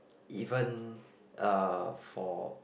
even uh for